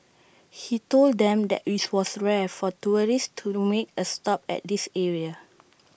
he told them that IT was rare for tourists to make A stop at this area